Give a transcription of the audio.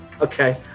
Okay